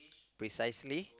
precisely